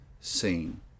seen